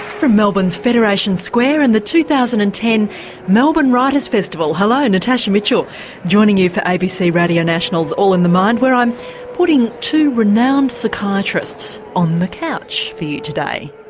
from melbourne's federation square and the two thousand and ten melbourne writers' festival hello, natasha mitchell joining you for abc radio national's all in the mind where i'm putting two renowned psychiatrists on the couch for you today.